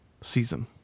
season